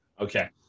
okay